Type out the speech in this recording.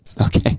Okay